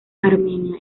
armenia